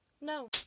No